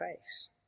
face